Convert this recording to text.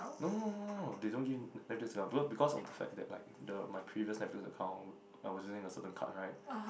no no no they don't give Netflix discount but because of the fact that like the my previous Netflix account I was using a certain card right